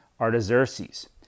Artaxerxes